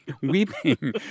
weeping